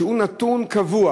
שהוא נתון קבוע,